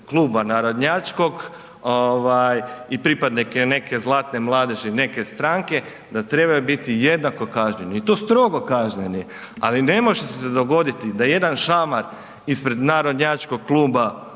kluba narodnjačkog ovaj i pripadnik je neke zlatne mladeži neke stranke da trebaju biti jednako kažnjeni i to strogo kažnjeni, ali ne može se dogoditi da jedan šamar ispred narodnjačkog kluba